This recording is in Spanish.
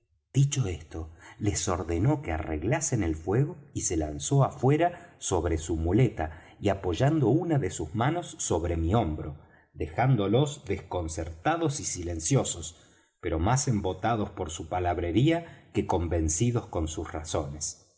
dicho esto les ordenó que arreglasen el fuego y se lanzó afuera sobre su muleta y apoyando una de sus manos sobre mi hombro dejándolos desconcertados y silenciosos pero más embotados por su palabrería que convencidos con sus razones